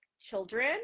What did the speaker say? children